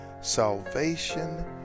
salvation